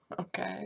okay